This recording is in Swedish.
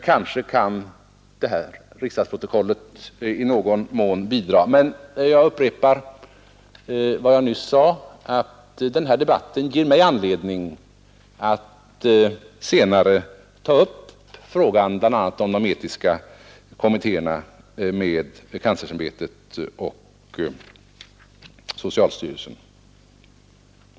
Kanske kan det här riksdagsprotokollet i någon mån bidra. Jag upprepar vad jag nyss sade, nämligen att den här debatten ger mig anledning att senare ta upp frågan bland annat om de etiska kommittéerna med kanslersämbetet och socialstyrelsen.